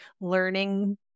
learning